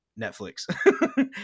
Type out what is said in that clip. netflix